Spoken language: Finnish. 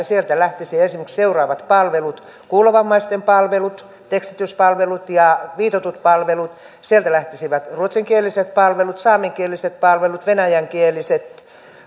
sieltä lähtisivät esimerkiksi seuraavat palvelut kuulovammaisten palvelut tekstityspalvelut ja viitotut palvelut sieltä lähtisivät ruotsinkieliset palvelut saamenkieliset palvelut venäjänkieliset